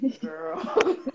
Girl